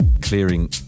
clearing